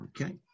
Okay